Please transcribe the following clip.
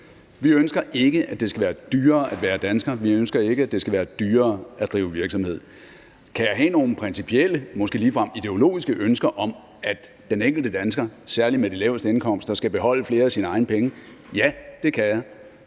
Vi ønsker ikke, at det skal være dyrere at være dansker. Vi ønsker ikke, at det skal være dyrere at drive virksomhed. Kan jeg have nogle principielle, måske ligefrem ideologiske, ønsker om, at den enkelte dansker, særlig dem med de laveste indkomster, skal beholde flere af deres egne penge? Ja, det kan jeg,